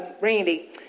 Randy